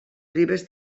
ribes